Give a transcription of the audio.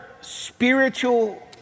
spiritual